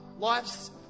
Life's